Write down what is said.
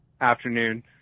afternoon